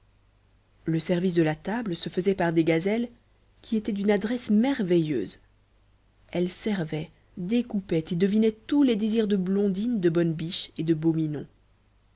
le service de la table se faisait par des gazelles qui étaient d'une adresse merveilleuse elles servaient découpaient et devinaient tous les désirs de blondine de bonne biche et de